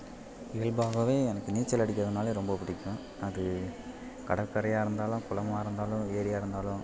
இயல்பாகவே எனக்கு நீச்சல் அடிக்கிறதுனாவே ரொம்ப பிடிக்கும் அது கடற்கரையாக இருந்தாலும் குளமாக இருந்தாலும் ஏரியாக இருந்தாலும்